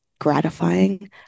gratifying